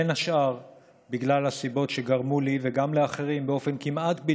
בין השאר מהסיבות שגרמו לי וגם לאחרים באופן כמעט לא